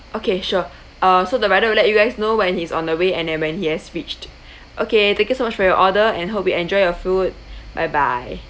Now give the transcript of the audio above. okay sure uh so the rider let you guys know when he's on the way and then when he has reached okay thank you so much for your order and hope you enjoy your food bye bye